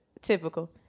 Typical